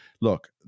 look